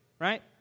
right